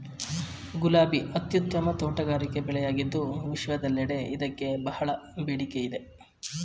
ಗುಲಾಬಿ ಅತ್ಯುತ್ತಮ ತೋಟಗಾರಿಕೆ ಬೆಳೆಯಾಗಿದ್ದು ವಿಶ್ವದೆಲ್ಲೆಡೆ ಇದಕ್ಕೆ ಬಹಳ ಬೇಡಿಕೆ ಇದೆ